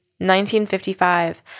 1955